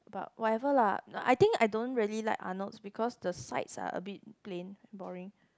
but whatever lah I think I don't really like Arnold's because the sides are a bit plain boring